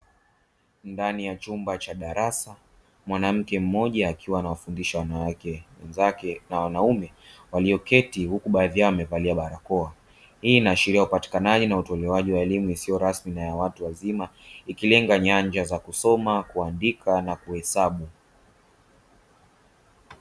Ndani ya chumba cha darasa mwanamke mmoja akiwa anawafundisha wanawake wenzake na wanaume walioketi huku baadhi yao wamevalia barakoa, hii inaashiria upatikanaji na utolewaji wa elimu isiyo rasmi na ya watu wazima ikilenga nyanja za kusoma, kuandika na kuhesabu.